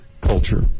culture